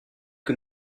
que